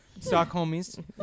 Stockholmies